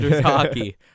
hockey